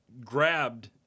grabbed